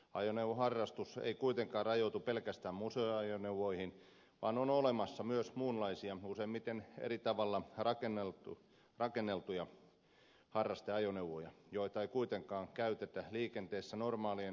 ajoneuvoharrastus ei kuitenkaan rajoitu pelkästään museoajoneuvoihin vaan on olemassa myös muunlaisia useimmiten eri tavalla rakenneltuja harrasteajoneuvoja joita ei kuitenkaan käytetä liikenteessä normaalien ajoneuvojen tavoin